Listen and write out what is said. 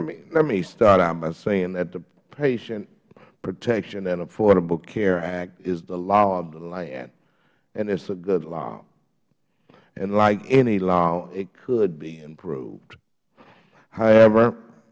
let me start out by saying that the patient protection and affordable care act is the law of the land and it is a good law and like any law it could be improved however